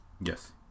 Yes